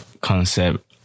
concept